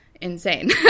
insane